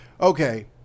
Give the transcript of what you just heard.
Okay